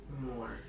more